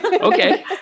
Okay